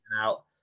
out